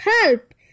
Help